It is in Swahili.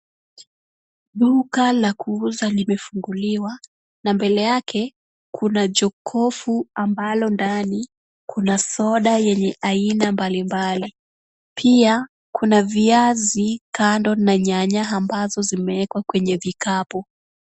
Duka la kuuza limefunguliwa na mbele yake kuna jokofu ambalo ndani kuna soda yenye aina mbalimbali. Pia kuna viazi kando na nyanya ambazi zimewekwa kwenye kikapu.